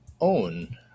own